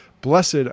Blessed